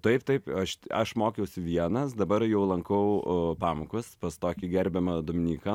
taip taip aš aš mokiausi vienas dabar jau lankau pamokas pas tokį gerbiamą dominyką